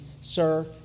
sir